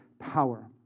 Power